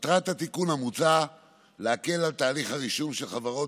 מטרת התיקון המוצע להקל את תהליך הרישום של חברות